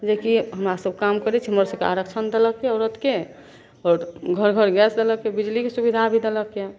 जेकि हमरासभ काम करै छी हमर सभकेँ आरक्षण देलक यऽ औरतकेँ आओर घर घर गैस देलक बिजलीके सुविधा भी देलक यऽ